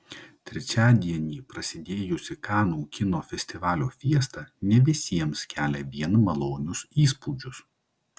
trečiadienį prasidėjusi kanų kino festivalio fiesta ne visiems kelia vien malonius įspūdžius